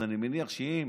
אז אני מניח שאם